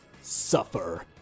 Suffer